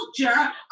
culture